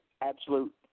absolute